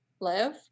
live